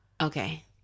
okay